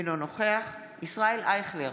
אינו נוכח ישראל אייכלר,